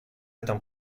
этом